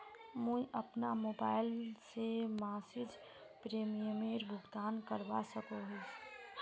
मुई अपना मोबाईल से मासिक प्रीमियमेर भुगतान करवा सकोहो ही?